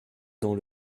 dans